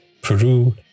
peru